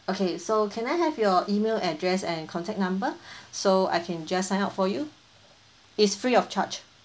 okay so can I have your email address and contact number so I can just sign up for you it's free of charge